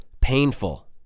painful